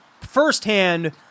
firsthand